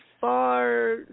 far